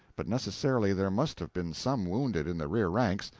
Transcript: but necessarily there must have been some wounded in the rear ranks,